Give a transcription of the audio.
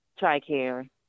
Tricare